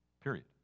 Period